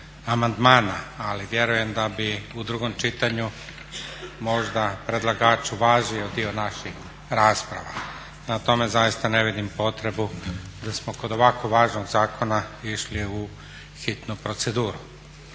ali vjerujem da bi u drugom čitanju možda predlagač uvažio dio naših rasprava. Prema tome, doista ne vidim potrebu da smo kod ovako važnog zakona išli u hitnu proceduru.